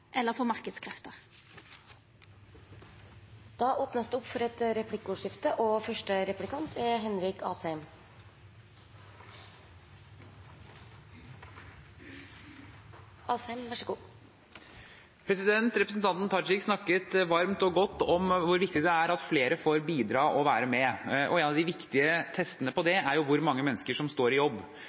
eller for marknadskrefter. Det blir replikkordskifte. Representanten Tajik snakket varmt og godt om hvor viktig det er at flere får bidra og være med, og en av de viktige testene på det er hvor mange mennesker som står i jobb.